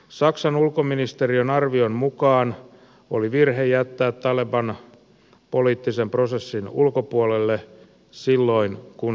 saksan ulkoministeriön arvion mukaan oli virhe jättää taleban poliittisen prosessin ulkopuolelle silloin kun se oli heikko